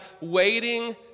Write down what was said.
waiting